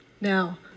Now